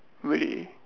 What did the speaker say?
really